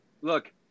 look